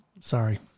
Sorry